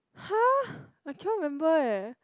!huh! I cannot remember leh